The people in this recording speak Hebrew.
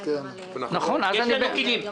יש לנו כלים.